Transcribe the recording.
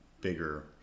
bigger